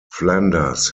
flanders